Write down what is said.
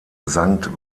sankt